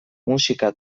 musika